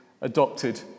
adopted